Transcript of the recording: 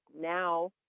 Now